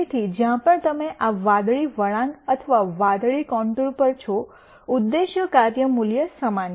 તેથી જ્યાં પણ તમે આ વાદળી વળાંક અથવા વાદળી કોંન્ટુર પર છો ઉદ્દેશ્ય કાર્ય મૂલ્ય સમાન છે